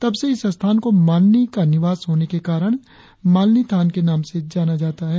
तब से इस स्थान को मालिनी का निवास होने के कारण मालिनीथान के नाम से जाना जाता है